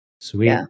Sweet